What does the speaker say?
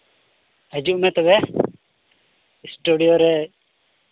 ᱦᱤᱡᱩᱜ ᱢᱮ ᱛᱚᱵᱮ ᱥᱴᱩᱰᱤᱭᱳ ᱨᱮ